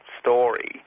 story